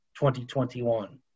2021